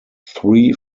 three